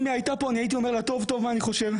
אם היא הייתה פה הייתי אומר לה טוב טוב מה אני חושב.